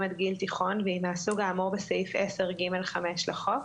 עד גיל תיכון והיא מהסוג האמור בסעיף 10(ג)(5) לחוק,